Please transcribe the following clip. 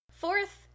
Fourth